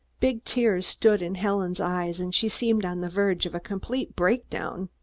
big tears stood in helen's eyes and she seemed on the verge of a complete breakdown.